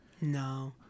no